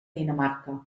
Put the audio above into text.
dinamarca